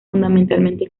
fundamentalmente